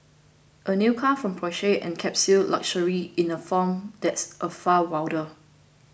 a new car from Porsche encapsulates luxury in a form that's a far wilder